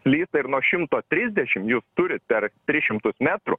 slysta ir nuo šimto trisdešim jūs turit per tris šimtus metrų